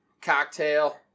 cocktail